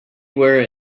were